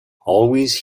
always